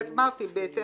את יכולה לקרוא